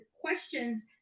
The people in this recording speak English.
questions